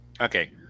Okay